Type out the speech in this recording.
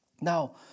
Now